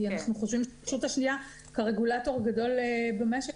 כי אנחנו חושבים שהרשות השניה כרגולטור הגדול במשק